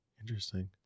interesting